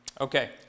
Okay